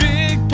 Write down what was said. Big